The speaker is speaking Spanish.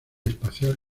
espacial